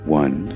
one